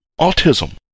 autism